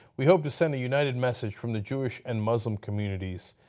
we hope to send a united message from the jewish and muslim communities.